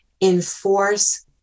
enforce